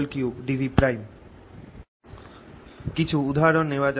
3dV কিছু উদাহরণ নেওয়া যাক